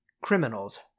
criminals